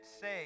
say